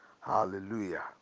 Hallelujah